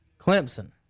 Clemson